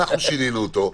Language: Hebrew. אנחנו שינינו אותו,